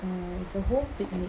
it's the whole picnic